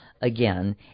again